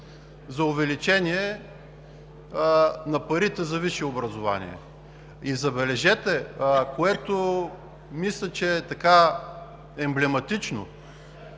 за увеличение на парите за висше образование. И, забележете, мисля, че е емблематично